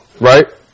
right